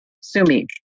Sumi